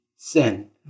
sin